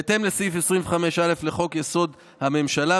בהתאם לסעיף 25(א) לחוק-יסוד: הממשלה,